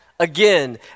Again